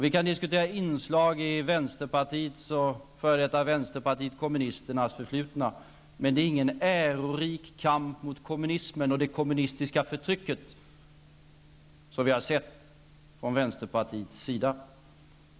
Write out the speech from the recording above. Vi kan diskutera inslag i vänsterpartiets och f.d. vänsterpartiet kommunisternas förflutna, men det är ingen ärorik kamp mot kommunismen och det kommunistiska förtrycket som vi har sett från vänsterpartiets sida.